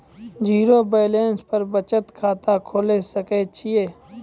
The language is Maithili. जीरो बैलेंस पर बचत खाता खोले सकय छियै?